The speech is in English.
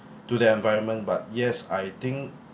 to the environment but yes I think